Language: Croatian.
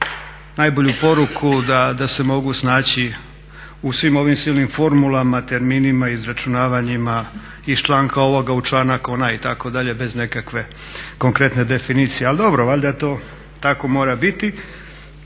najbolju poruku da se mogu snaći u svim ovim silnim formulama, terminima, izračunavanjima iz članka ovoga u članak onaj i tako dalje bez nekakve konkretne definicije. Ali dobro, valjda to tako mora biti.